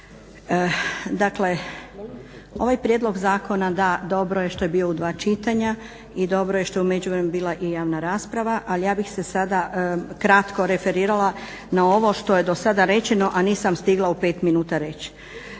Dakle, ovaj prijedlog zakona, da dobro je što je bio u dva čitanja i dobro je što je u međuvremenu bila i javna rasprava ali ja bih se sada kratko referirala na ovo što je do sada rečeno a nisam stigla u pet minuta reći.